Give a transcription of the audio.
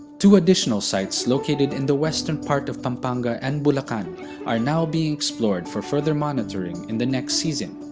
two additional sites located in the western part of pampanga and bulacan are now being explored for further monitoring in the next season.